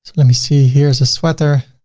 let me see, here is a sweater,